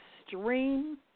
extreme